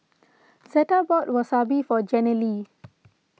Zetta bought Wasabi for Jenilee